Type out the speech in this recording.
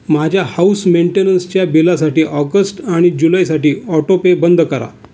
माझ्या हाऊस मेंटेनन्सच्या बिलासाठी ऑगस्ट आणि जुलैसाठी ऑटोपे बंद करा